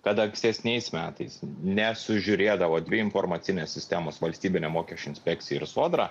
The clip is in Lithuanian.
kad ankstesniais metais nesužiūrėdavo informacinės sistemos valstybinė mokesčių inspekcija ir sodra